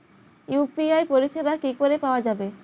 UPI পরিষেবা কি করে পাওয়া যাবে?